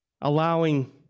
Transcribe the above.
allowing